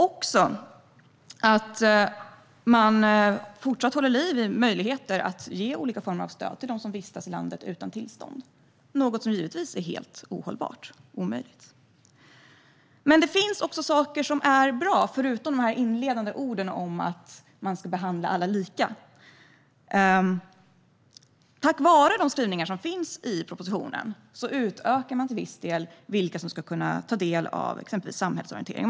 Vi ser att det fortfarande hålls liv i möjligheten att ge olika former av stöd till dem som vistas i landet utan tillstånd, något som givetvis är helt ohållbart och omöjligt. Men det finns också saker som är bra, utöver de inledande orden om att man ska behandla alla lika. Tack vare de skrivningar som finns i propositionen utökas till viss del vilka som ska kunna ta del av exempelvis samhällsorientering.